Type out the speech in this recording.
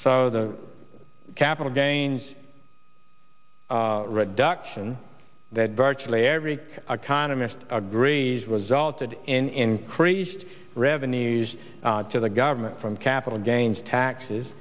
so the capital gains reduction that virtually every our economy agrees resulted in increased revenues to the government from capital gains taxes